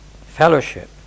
Fellowship